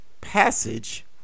passage